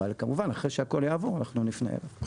אבל כמובן אחרי שהכל יעבור אנחנו נפנה אליו.